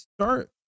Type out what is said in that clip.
start